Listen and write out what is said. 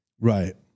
Right